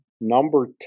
number